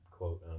quote